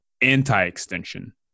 anti-extension